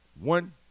One